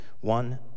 one